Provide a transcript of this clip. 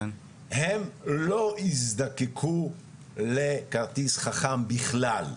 הן לא יזדקקו לכרטיס חכם בכלל.